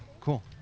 cool